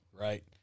right